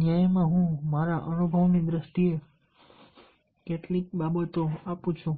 ન્યાયમાં હું મારા અનુભવની દ્રષ્ટિએ સંસ્થાને કેટલીક બાબતો આપું છું